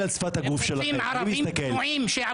מינוי של שבעה-שישה בהסכמה רחבה כדי שתהיה נציגות לכל